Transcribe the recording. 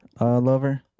lover